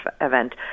event